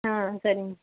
ஆ சரிங்க